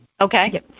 Okay